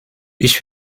ich